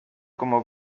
como